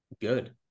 good